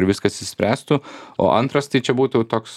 ir viskas išsispręstų o antras tai čia būtų toks